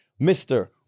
Mr